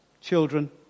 children